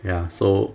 ya so